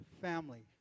family